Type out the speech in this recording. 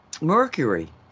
mercury